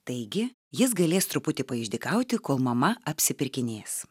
taigi jis galės truputį paišdykauti kol mama apsipirkinės